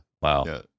Wow